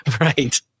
right